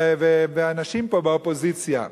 ואנשים פה באופוזיציה,